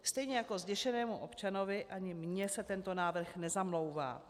Stejně jako zděšenému občanovi, ani mně se tento návrh nezamlouvá.